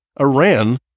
Iran